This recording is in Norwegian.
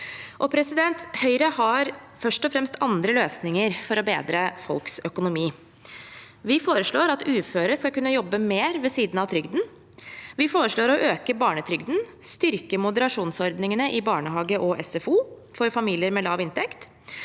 tilpasninger. Høyre har først og fremst andre løsninger for å bedre folks økonomi. Vi foreslår at uføre skal kunne jobbe mer ved siden av trygden, vi foreslår å øke barnetrygden, vi foreslår å styrke moderasjonsordningene i barnehage og SFO for familier med lav inntekt,